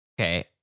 Okay